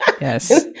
yes